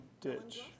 ditch